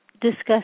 discuss